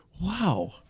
wow